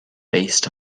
based